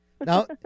Now